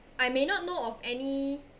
I may not know of any